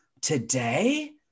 today